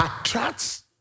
attracts